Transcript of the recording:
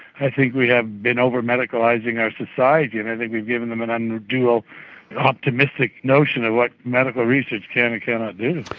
i think we have been over-medicalising our society, and i think we've given them an and unrealistic ah optimistic notion of what medical research can and cannot do.